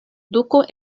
duko